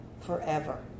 forever